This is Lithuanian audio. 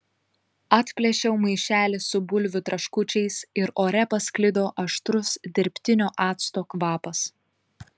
atplėšiau maišelį su bulvių traškučiais ir ore pasklido aštrus dirbtinio acto kvapas